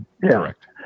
Correct